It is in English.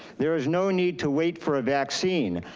there is no need to wait for a vaccine,